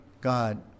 God